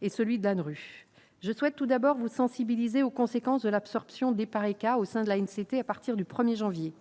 et celui de l'ANRU je souhaite tout d'abord vous sensibiliser aux conséquences de l'absorption des cas au sein de l'ANC était à partir du 1er janvier